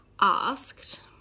asked